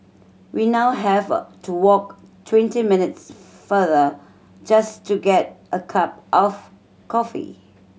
we now have a to walk twenty minutes farther just to get a cup of coffee